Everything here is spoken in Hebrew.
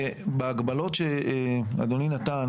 ובהגבלות שאדוני נתן